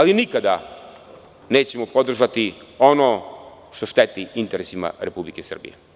Nikada nećemo podržati ono što šteti interesima Republike Srbije.